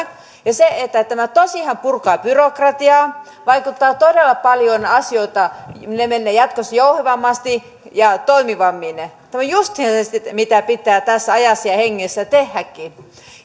tämä tosiaan purkaa byrokratiaa ja vaikuttaa todella paljon asioihin ne menevät jatkossa jouhevammasti ja toimivammin tämä on justiinsa sitä mitä pitää tässä ajassa ja hengessä tehdäkin